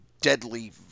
deadly